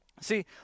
See